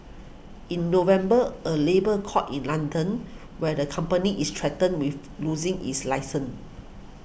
in November a labour court in London where the company is threatened with losing its license